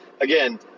Again